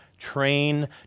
train